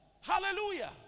Hallelujah